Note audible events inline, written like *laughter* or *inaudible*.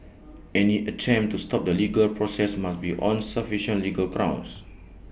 *noise* any attempt to stop the legal process must be on sufficient legal grounds